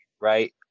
right